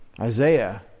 Isaiah